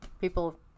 People